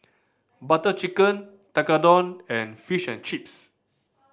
Butter Chicken Tekkadon and Fish and Chips